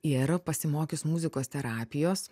ir pasimokius muzikos terapijos